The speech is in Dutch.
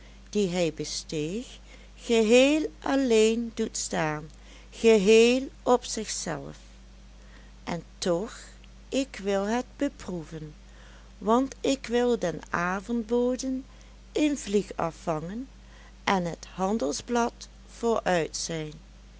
die hij besteeg geheel alleen doet staan geheel op zichzelf en toch ik wil het beproeven want ik wil den avondbode een vlieg afvangen en het handelsblad vooruitzijn